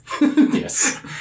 Yes